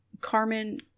Carmen